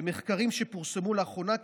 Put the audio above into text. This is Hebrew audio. במחקרים שפורסמו לאחרונה,